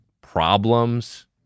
Problems